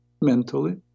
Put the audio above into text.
mentally